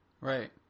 Right